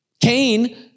Cain